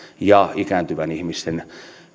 ja ikääntyvien ihmisten